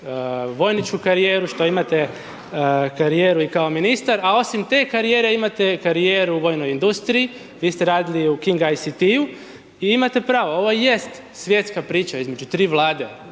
vojničku karijeru, što imate karijeru i kao ministar, a osim te karijere imate karijeru u vojnom industriji. Vi ste radili u King ICT-u i imate pravo, ovo jest svjetska priča između tri vlade,